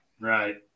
Right